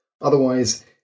Otherwise